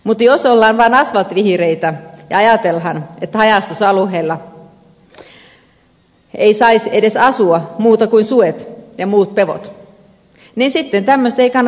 mutta jos ollaan vaan asfalttivihreitä ja ajatellaan että haja asutusalueilla eivät saisi edes asua muut kuin sudet ja muut pedot niin sitten tämmöistä ei kannata tukea